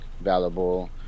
valuable